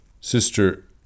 sister